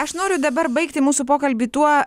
aš noriu dabar baigti mūsų pokalbį tuo